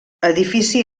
edifici